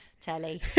telly